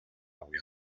avui